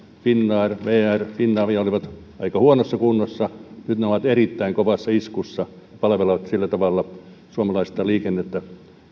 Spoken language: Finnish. finnair vr finavia olivat aika huonossa kunnossa nyt ne ovat erittäin kovassa iskussa palvelevat sillä tavalla suomalaista liikennettä